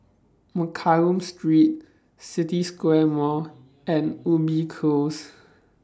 Mccallum Street City Square Mall and Ubi Close